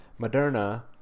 Moderna